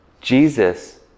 Jesus